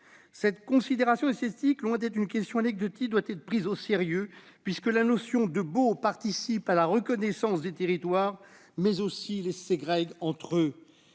Cette considération esthétique, loin d'être anecdotique, doit être prise au sérieux, puisque le beau non seulement participe de la reconnaissance des territoires, mais les ségrègue entre eux.